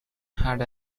had